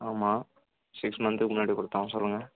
ஆமாம் சிக்ஸ் மன்த்துக்கு முன்னாடி கொடுத்தோம் சொல்லுங்கள்